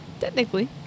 Technically